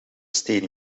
stayed